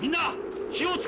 you know she could